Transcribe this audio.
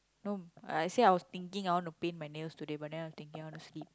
no I say I was thinking I want to paint my nails but I was thinking I wanna sleep